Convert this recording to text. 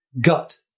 gut